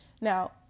now